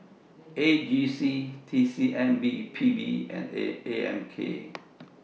A G C T C M P B and A M K